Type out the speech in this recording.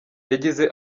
yagize